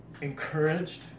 encouraged